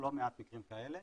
מעט מקרים כאלה.